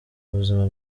buzima